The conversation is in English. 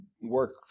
work